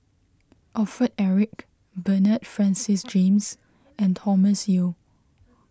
Alfred Eric Bernard Francis James and Thomas Yeo